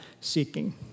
seeking